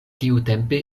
tiutempe